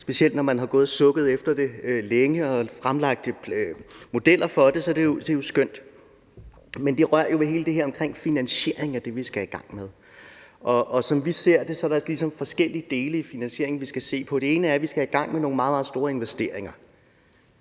specielt når man har gået og sukket efter det længe og har fremlagt modeller for det, så er det jo skønt. Men det rører jo ved hele det her med finansiering af det, som vi skal i gang med. Og som vi ser det, er der ligesom forskellige dele af finansieringen, vi skal se på. Den ene del er, at vi skal i gang med nogle meget, meget store investeringer,